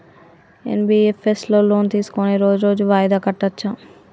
NBFS లో loan తీస్కొని రోజు రోజు వాయిదా కట్టచ్ఛా?